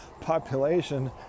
population